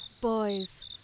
Boys